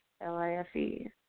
L-I-F-E